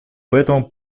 поэтому